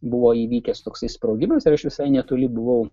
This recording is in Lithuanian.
buvo įvykęs toksai sprogimas ir aš visai netoli buvau